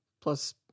plus